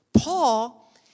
Paul